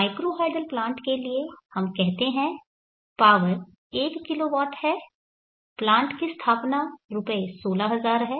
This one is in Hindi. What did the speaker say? माइक्रो हाइडल प्लांट के लिए हम कहते हैं पावर 1 किलोवाट है प्लांट की स्थापना रुपये 16000 है